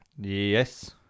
Yes